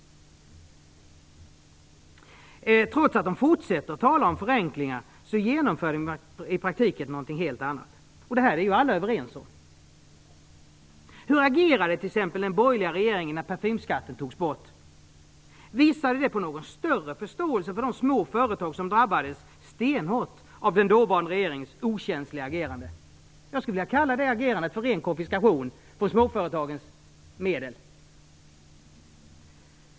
Trots att man fortsätter tala om förenklingar genomför man i praktiken något helt annat. Detta är alla överens om. Hur agerade t.ex. den borgerliga regeringen när parfymskatten togs bort? Visade den någon större förståelse för de små företag som drabbades stenhårt av den dåvarande regeringens okänsliga agerande? Jag skulle vilja kalla det agerandet för ren konfiskation av småföretagens medel.